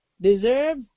deserve